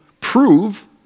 prove